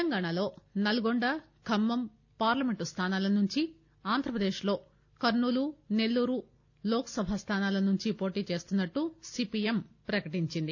తెలంగాణలో నల్గొండ ఖమ్మం పార్లమెంట్ స్దానాల నుంచీ ఆంధ్రప్రదేశ్ లో కర్సూలు నెల్లూరు లోక్ సభ స్థానాల నుంచి పోటీ చేస్తున్నట్లు సీపీఎం ప్రకటించింది